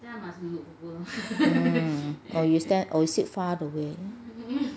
mm or you stand or you sit far away